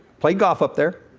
played golf up there,